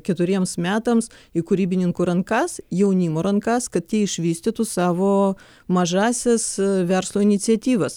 keturiems metams į kūrybininkų rankas jaunimo rankas kad jie išvystytų savo mažąsias verslo iniciatyvas